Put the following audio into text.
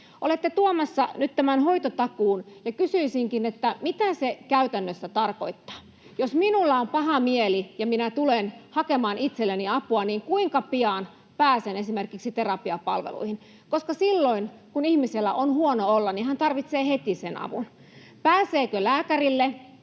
Olette tuomassa nyt tämän hoitotakuun, ja kysyisinkin, mitä se käytännössä tarkoittaa. Jos minulla on paha mieli ja minä tulen hakemaan itselleni apua, niin kuinka pian pääsen esimerkiksi terapiapalveluihin? Silloin kun ihmisellä on huono olla, hän tarvitsee heti sen avun. Pääseekö lääkärille,